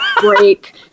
break